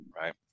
right